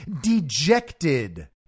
dejected